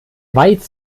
weit